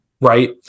Right